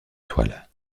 toile